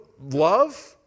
love